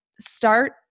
start